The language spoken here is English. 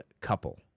couple